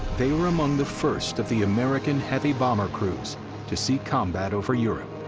they were among the first of the american heavy bomber crews to see combat over europe.